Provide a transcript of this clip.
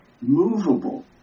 movable